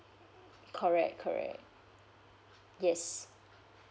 correct correct yes